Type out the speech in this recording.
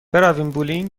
برویم